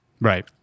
Right